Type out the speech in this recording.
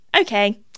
okay